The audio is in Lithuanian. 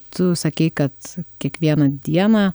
tu sakei kad kiekvieną dieną